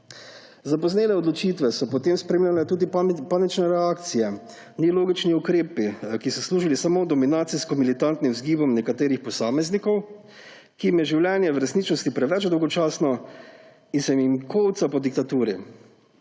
Zapoznele odločitve so potem spremljale tudi panične reakcije, nelogični ukrepi, ki so služili samo dominacijsko-militantnim vzgibom nekaterih posameznikov, ki jim je življenje v resničnosti preveč dolgočasno in se jim kolca po diktaturi